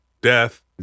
death